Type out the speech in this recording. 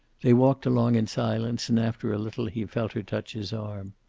they walked along in silence, and after a little he felt her touch his arm.